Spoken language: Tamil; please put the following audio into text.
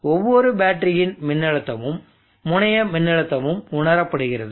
ஒவ்வொரு பேட்டரியின் மின்னழுத்தமும்முனைய மின்னழுத்தமும் உணரப்படுகிறது